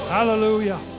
Hallelujah